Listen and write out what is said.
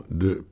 de